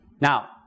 Now